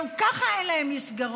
גם ככה אין להם מסגרות,